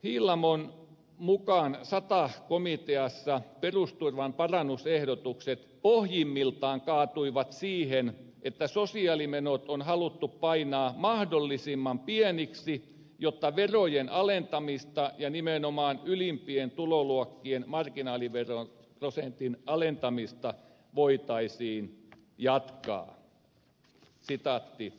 hiilamon mukaan sata komiteassa perusturvan parannusehdotukset pohjimmiltaan kaatuivat siihen että sosiaalimenot on haluttu painaa mahdollisimman pieniksi jotta verojen alentamista ja nimenomaan ylimpien tuloluokkien marginaaliveroprosentin alentamista voitaisiin jatkaa